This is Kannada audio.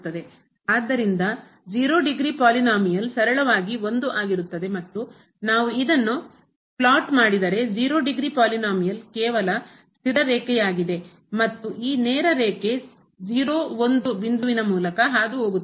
ಆದ್ದರಿಂದ 0 ಡಿಗ್ರಿ ಪದವಿ ಪಾಲಿನೋಮಿಯಲ್ ಬಹುಪದವು ಸರಳವಾಗಿ 1 ಆಗಿರುತ್ತದೆ ಮತ್ತು ನಾವು ಇದನ್ನು ಫ್ಲಾಟ್ ಮಾಡಿದರೆ 0 ಡಿಗ್ರಿ ಪಾಲಿನೋಮಿಯಲ್ ಬಹುಪದವು ಕೇವಲ ಸ್ಥಿರ ರೇಖೆಯಾಗಿದೆ ಮತ್ತು ಈ ನೇರ ರೇಖೆ ಬಿಂದುವಿನ ಮೂಲಕ ಹಾದುಹೋಗುತ್ತದೆ